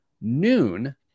noon